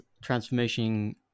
transformation